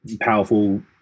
powerful